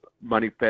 money